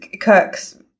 Kirk's